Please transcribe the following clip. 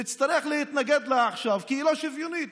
נצטרך להתנגד לה עכשיו כי היא לא שוויונית,